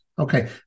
Okay